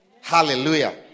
Hallelujah